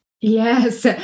Yes